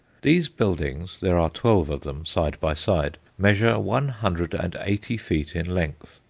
these buildings there are twelve of them, side by side measure one hundred and eighty feet in length,